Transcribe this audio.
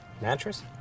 Mattress